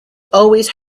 always